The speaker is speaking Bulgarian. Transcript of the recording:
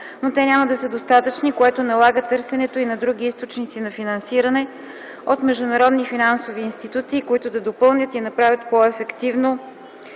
но те няма да са достатъчни, което налага търсенето и на други източници на финансиране от международни финансови институции, които да допълнят и направят по-ефективно